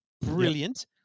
brilliant